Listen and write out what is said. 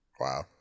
Wow